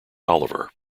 oliver